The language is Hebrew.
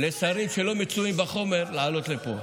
לשרים שלא מצויים בחומר יש יתרון לעלות לפה,